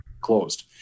closed